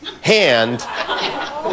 hand